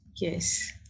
yes